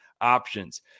options